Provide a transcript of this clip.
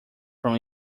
from